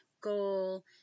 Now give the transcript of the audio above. goal